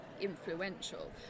influential